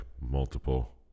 multiple